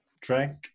drank